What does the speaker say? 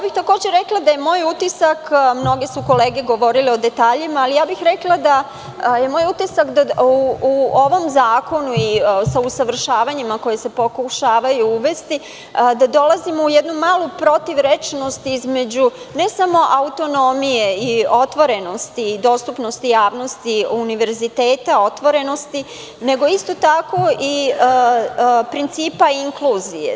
Takođe, rekla bih da je moj utisak, mnoge su kolege govorile o detaljima, u ovom zakonu i sa usavršavanjem, koja se pokušavaju uvesti, da dolazimo u jednu malu protivrečnost između, ne samo autonomije i otvorenosti i dostupnosti javnosti univerziteta otvorenosti, nego isto tako i principa inkluzije.